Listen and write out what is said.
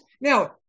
Now